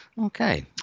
Okay